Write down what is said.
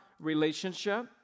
relationship